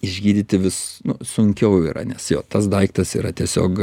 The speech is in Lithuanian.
išgydyti vis sunkiau yra nes jo tas daiktas yra tiesiog